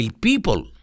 people